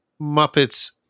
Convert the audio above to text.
Muppets